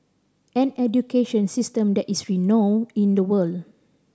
an education system that is renowned in the world